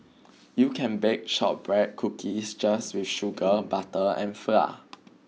you can bake shortbread cookies just with sugar and butter and flour